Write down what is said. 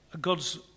God's